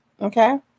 okay